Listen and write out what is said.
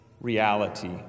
reality